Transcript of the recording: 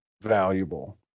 valuable